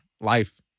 life